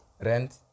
Rent